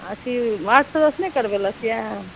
अथी वार्ड सदस्य नहि करबेलक यऽ